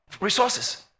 resources